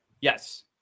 Yes